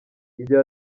igihe